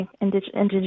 Indigenous